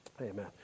Amen